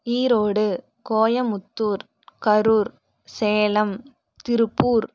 Erode Coimbatore Karur Salem Tiruppur